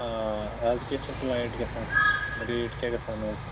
از کیٛاہ چھِ فُلایٹ گَژھان ریٚٹ کیٛاہ گَژھان از